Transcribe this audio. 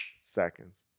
seconds